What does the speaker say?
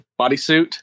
bodysuit